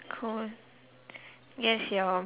cool guess your